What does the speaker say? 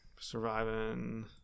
surviving